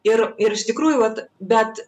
ir ir iš tikrųjų vat bet